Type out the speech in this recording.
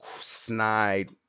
snide